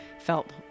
felt